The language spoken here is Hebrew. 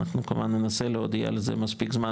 אנחנו כמובן ננסה להודיע על זה מספיק זמן